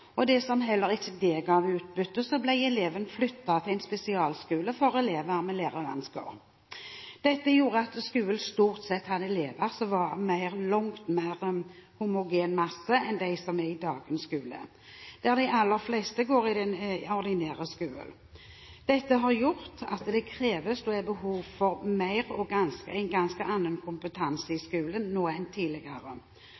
heller ikke det ga utbytte, ble eleven flyttet til en spesialskole for elever med lærevansker. Dette gjorde at skolen stort sett hadde elever som var en langt mer homogen masse enn de som er i dagens skole, der de aller fleste går i den ordinære skolen. Dette har gjort at det kreves og er behov for mer og en ganske annen kompetanse i